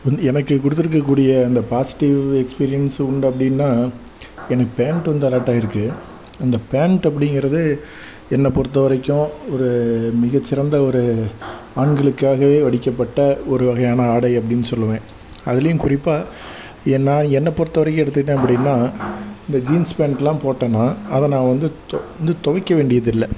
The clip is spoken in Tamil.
வந்து எனக்கு கொடுத்துருக்கக்கூடிய அந்த பாசிட்டிவ் எக்ஸ்பீரியன்ஸ் உண்டு அப்படின்னா எனக்கு பேண்ட் வந்து அலாட்டாகியிருக்கு அந்த பேண்ட் அப்படிங்கிறது என்ன பொருத்தவரைக்கும் ஒரு மிகச்சிறந்த ஒரு ஆண்களுக்காகவே வடிக்கப்பட்ட ஒரு வகையான ஆடை அப்படின்னு சொல்வேன் அதுலேயும் குறிப்பாக ஏன்னா என்னைப் பொறுத்தவரைக்கும் எடுத்துக்கிட்டேன் அப்படினா இந்த ஜீன்ஸ் பேண்ட்லாம் போட்டேன்னா அதை நான் வந்து துவைக்க வேண்டியதில்லை